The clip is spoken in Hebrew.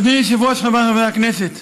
אדוני היושב-ראש, חבריי חברי הכנסת,